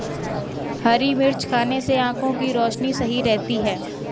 हरी मिर्च खाने से आँखों की रोशनी सही रहती है